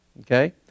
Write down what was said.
Okay